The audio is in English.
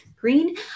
Green